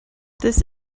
this